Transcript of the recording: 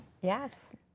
Yes